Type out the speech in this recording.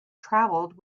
travelled